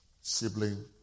Sibling